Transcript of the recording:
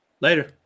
Later